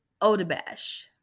Odebash